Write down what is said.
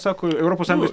sako europos sąjungos